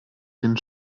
den